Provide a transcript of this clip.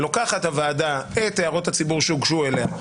לוקחת הוועדה את הערות הציבור שהוגשו אליה,